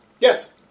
Yes